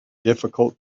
difficult